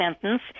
sentence